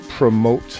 promote